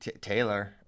Taylor